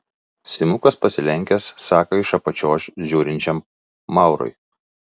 simukas pasilenkęs sako iš apačios žiūrinčiam maurui